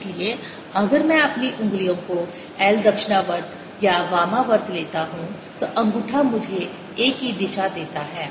इसलिए अगर मैं अपनी उंगलियों को l दक्षिणावर्त या वामावर्त लेता हूं तो अँगूठा मुझे a की दिशा देता है